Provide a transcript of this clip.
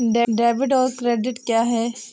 Debit और credit क्या है?